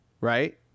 Right